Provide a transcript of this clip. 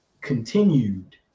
continued